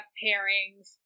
pairings